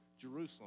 Jerusalem